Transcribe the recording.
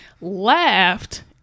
laughed